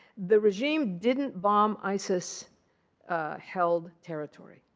the regime didn't bomb isis-held ah isis-held territory.